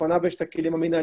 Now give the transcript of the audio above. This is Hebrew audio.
לפניו יש את הכלים המינהליים,